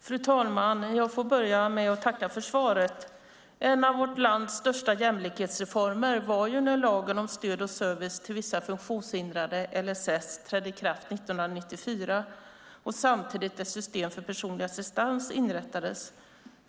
Fru talman! Jag får börja med att tacka för svaret. En av vårt lands största jämlikhetsreformer var när lagen om stöd och service till vissa funktionshindrade, LSS, trädde i kraft 1994 och samtidigt ett system för personlig assistans inrättades.